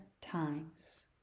times